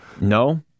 No